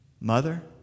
Mother